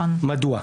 מדוע?